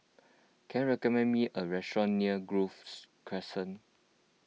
can you recommend me a restaurant near Grove Crescent